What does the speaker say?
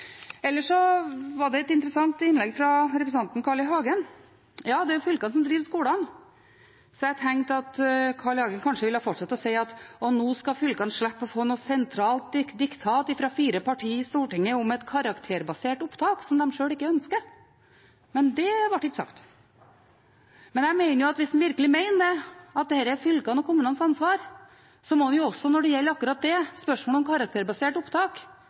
Ellers var det et interessant innlegg fra representanten Carl I. Hagen. Ja, det er fylkene som driver skolene. Jeg tenkte at Carl I. Hagen kanskje ville fortsette med å si at nå skal fylkene slippe å få noe sentralt diktat fra fire partier i Stortinget om et karakterbasert opptak, som de sjøl ikke ønsker, men det ble ikke sagt. Jeg mener at hvis han virkelig mener at dette er fylkenes og kommunenes ansvar, så må vi også når det gjelder akkurat det – spørsmålet om karakterbasert opptak